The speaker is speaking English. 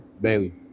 Bailey